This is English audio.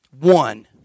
One